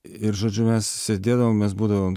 ir žodžiu mes sėdėdavom mes būdavom